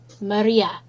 Maria